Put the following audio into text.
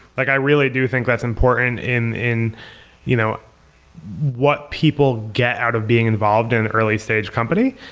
like i really do think that's important in in you know what people get out of being involved in early-stage company.